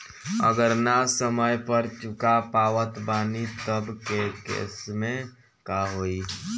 अगर ना समय पर चुका पावत बानी तब के केसमे का होई?